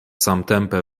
samtempe